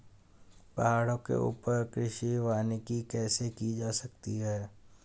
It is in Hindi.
पहाड़ों के ऊपर कृषि वानिकी कैसे की जा सकती है